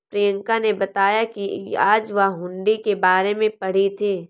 प्रियंका ने बताया कि आज वह हुंडी के बारे में पढ़ी थी